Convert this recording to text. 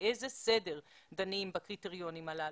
באיזה סדר דנים בפניות הללו?